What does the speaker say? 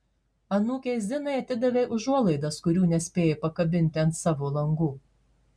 anūkei zinai atidavei užuolaidas kurių nespėjai pakabinti ant savo langų